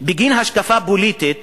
בגין השקפה פוליטית